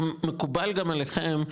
שמקובל גם עליכם,